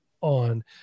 on